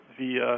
via